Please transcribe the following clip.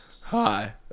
hi